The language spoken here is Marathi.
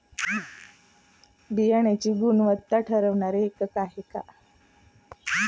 बियाणांची गुणवत्ता ठरवणारे एकक आहे का?